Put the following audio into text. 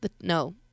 no